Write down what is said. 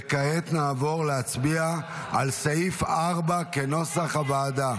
וכעת נעבור להצביע על סעיף 4 כנוסח הוועדה.